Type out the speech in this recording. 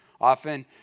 Often